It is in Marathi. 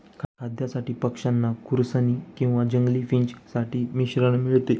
खाद्यासाठी पक्षांना खुरसनी किंवा जंगली फिंच साठी मिश्रण मिळते